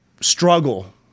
struggle